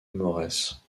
maures